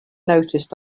noticed